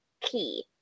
key